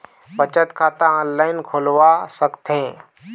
बचत खाता ऑनलाइन खोलवा सकथें?